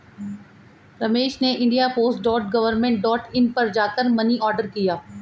रमेश ने India post dot government dot in पर जा कर मनी ऑर्डर किया